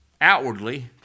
outwardly